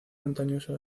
montañoso